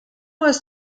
was